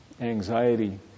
anxiety